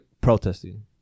protesting